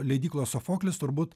leidyklos sofoklis turbūt